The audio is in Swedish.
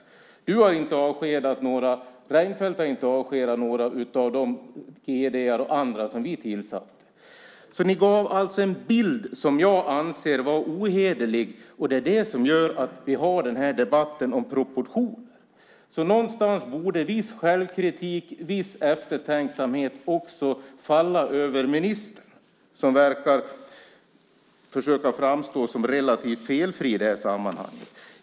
Reinfeldt har inte avskedat några av de generaldirektörer och andra som vi tillsatte. Ni gav alltså en bild som jag anser var ohederlig, och det är det som gör att vi har denna debatt om proportioner. Någonstans borde viss självkritik och viss eftertänksamhet också falla över ministern som verkar försöka framstå som relativt felfri i detta sammanhang.